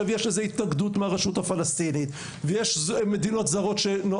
יש לזה התנגדות מהרשות הפלסטינית ויש מדינות זרות שמתנגדות.